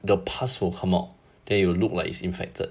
the pus will come out then it will look like is infected